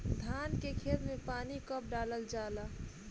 धान के खेत मे पानी कब डालल जा ला?